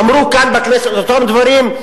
אמרו כאן בכנסת את אותם דברים,